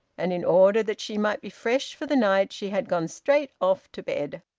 and in order that she might be fresh for the night she had gone straight off to bed.